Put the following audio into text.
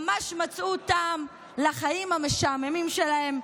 ממש מצאו טעם לחיים המשעממים שלהם.